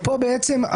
פה מה שמוסדר,